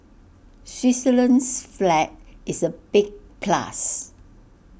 Switzerland's flag is A big plus